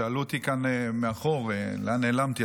שאלו אותי כאן מאחור לאן נעלמתי.